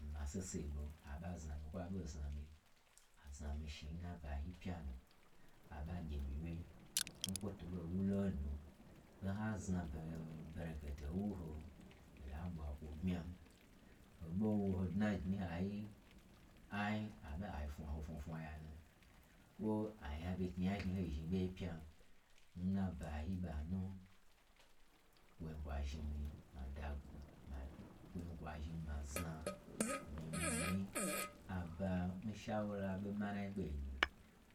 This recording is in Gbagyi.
N ma sosai ɓo aɓa zna mii nyi, kwo aɓo zna mii nyi, azna mii shnin nabayi pyanu, aɓa gye mii wye, n kwo to ɓo wu lo nu, n hazna berekete hota ɓwa kwo n bmyan. Ho ɓo wo ho dnagnyi n hayi ai a ɓe ai fnwa ho fnwa fnwa ya nu. Kwo anyaho ge nyi nya zhni ho zhni ɓo ye pya, n nabayin ɓanu, kwoin kwa zhni ma daga bma, kwo in kwa zhni mii ma zna, mi-i mwu mi-i nyi, aba n shawura n ɓo mana ɓo nyi